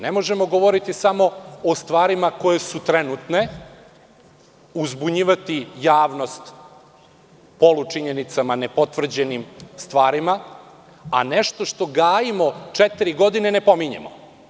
Ne možemo govoriti samo o stvarima koje su trenutne, uzbunjivati javnost polučinjenicama, ne potvrđenim stvarima, a nešto što gajimo četiri godine ne pominjemo.